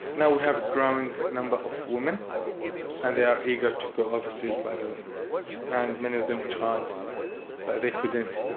now we have a growing number of women and they are eager to go overseas, by the way. and many of them tried but they couldn't.